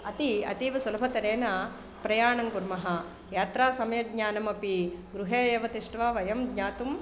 अतीव अतीव सुलभतया प्रयाणं कुर्मः यात्रासमयज्ञानमपि गृहे एव तिष्ट्वा वयं ज्ञातुं